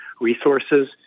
resources